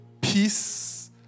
peace